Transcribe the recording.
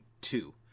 two